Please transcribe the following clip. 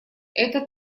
это